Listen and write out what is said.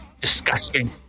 Disgusting